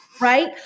right